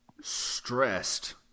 stressed